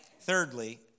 Thirdly